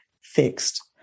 fixed